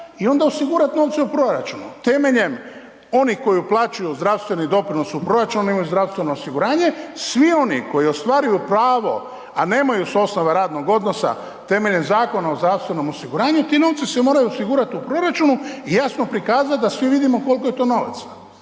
i onda osigurati novce u proračunu temeljem onih koji uplaćuju u zdravstveni doprinos u proračun i u zdravstveno osiguranje. Svi oni koji ostvaruju pravo, a nemaju s osnova radnog odnosa temeljem Zakona o zdravstvenom osiguranju ti novci se moraju osigurati u proračunu i jasno prikazati da svi vidimo koliko je to novaca.